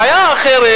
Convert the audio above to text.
בעיה אחרת,